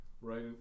right